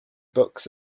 books